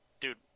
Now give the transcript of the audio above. Dude